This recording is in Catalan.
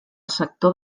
sector